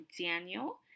Daniel